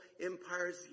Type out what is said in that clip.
empires